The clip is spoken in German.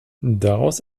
daraus